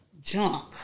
junk